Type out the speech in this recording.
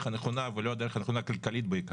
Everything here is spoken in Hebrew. הנכונה ולא הדרך הנכונה כלכלית בעיקר,